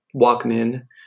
walkman